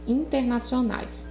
internacionais